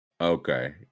Okay